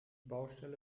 baustelle